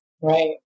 Right